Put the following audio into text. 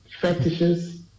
fetishes